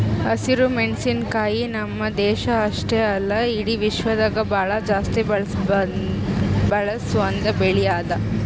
ಹಸಿರು ಮೆಣಸಿನಕಾಯಿ ನಮ್ಮ್ ದೇಶ ಅಷ್ಟೆ ಅಲ್ಲಾ ಇಡಿ ವಿಶ್ವದಾಗೆ ಭಾಳ ಜಾಸ್ತಿ ಬಳಸ ಒಂದ್ ಬೆಳಿ ಅದಾ